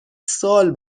سال